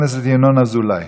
חבר הכנסת ינון אזולאי,